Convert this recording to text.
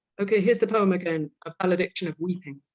okay here's the poem again. a valediction of weeping.